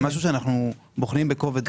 משהו שאנו בוחנים בכובד ראש.